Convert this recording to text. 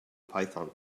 python